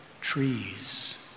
trees